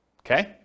Okay